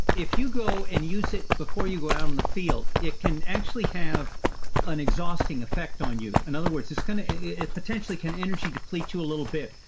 if you go and use it before you go out on the field, it can actually have an exhausting effect on you. in and other words, it's going to, it potentially can energy deplete you a little bit.